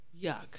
yuck